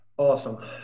Awesome